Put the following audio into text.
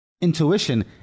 Intuition